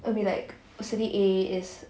will be like uh city A is